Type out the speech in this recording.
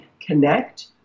connect